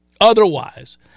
otherwise